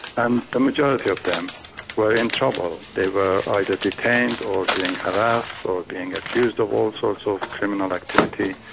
and the majority of them were in trouble. they were either detained or being harassed or being accused of all sorts of criminal activity.